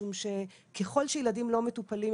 משום שככל שילדים לא מטופלים,